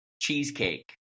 cheesecake